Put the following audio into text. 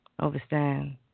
overstand